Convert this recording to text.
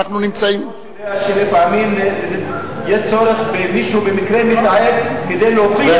אדוני היושב-ראש יודע שלפעמים יש צורך במישהו שבמקרה מתעד כדי להוכיח,